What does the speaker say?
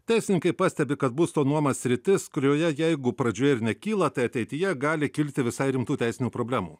teisininkai pastebi kad būsto nuoma sritis kurioje jeigu pradžioje ir nekyla tai ateityje gali kilti visai rimtų teisinių problemų